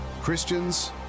christians